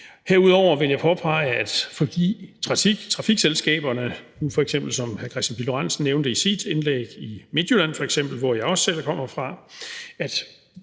Herudover vil jeg påpege, at fordi trafikselskaberne, som f.eks. hr. Kristian Pihl Lorentzen nævnte i sit indlæg, i Midtjylland, hvor jeg også selv kommer fra,